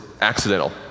accidental